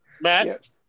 Matt